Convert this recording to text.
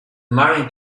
marine